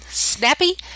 snappy